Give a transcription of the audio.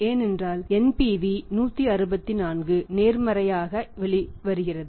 ஏனென்றால் NPV 164 நேர்மறையாக வெளிவருகிறது